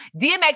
DMX